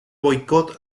boicot